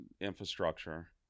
infrastructure